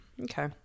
okay